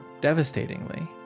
devastatingly